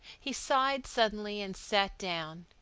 he sighed suddenly and sat down,